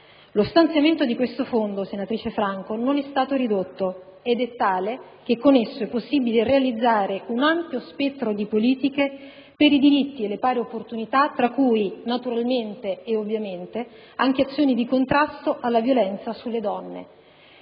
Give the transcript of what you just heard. Lo stanziamento di tale Fondo, senatrice Franco, non è stato ridotto ed è tale che con esso è possibile realizzare un ampio spettro di politiche per i diritti e le pari opportunità tra cui, naturalmente ed ovviamente, anche azioni di contrasto alla violenza sulle donne.